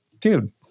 dude